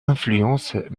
influences